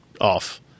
off